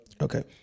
okay